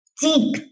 deep